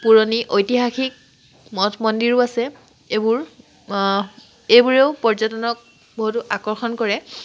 পুৰণি ঐতিহাসিক মঠ মন্দিৰো আছে এইবোৰ এইবোৰেও পৰ্যটনক বহুতো আকৰ্ষণ কৰে